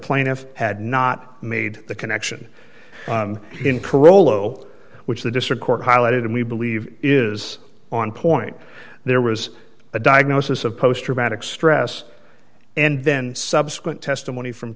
plaintiff had not made the connection in karole zero which the district court highlighted and we believe is on point there was a diagnosis of post traumatic stress and then subsequent testimony from